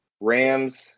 rams